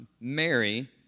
Mary